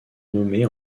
nommée